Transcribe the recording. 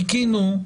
שחיכינו,